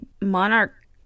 monarch